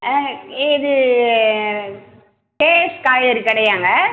ஆ இது கேஎஸ் காய்கறி கடையாங்க